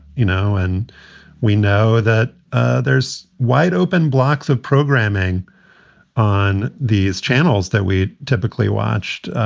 you know, and we know that ah there's wide open blocks of programming on these channels that we typically watched.